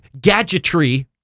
gadgetry